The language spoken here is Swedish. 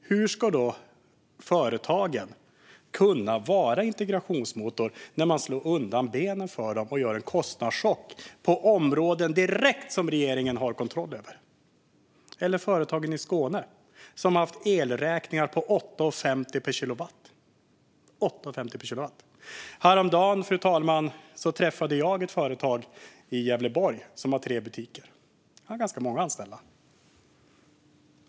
Hur ska företagen kunna vara integrationsmotorer när man slår undan benen för dem och ger dem en kostnadschock på områden som regeringen har direkt kontroll över? Ta företagen i Skåne, som har haft elräkningar på 8,50 per kilowatttimme - 8,50 per kilowattimme! Häromdagen träffade jag ett företag i Gävleborg, fru talman. Företagaren har tre butiker och ganska många anställda.